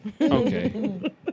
Okay